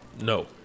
no